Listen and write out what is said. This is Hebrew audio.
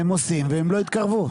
הם עושים והם לא יתקרבו.